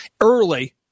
early